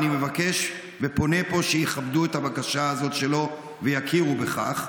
ואני פונה פה ומבקש שיכבדו את הבקשה הזאת שלו ויכירו בכך.